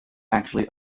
actually